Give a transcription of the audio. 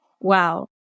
Wow